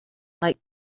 like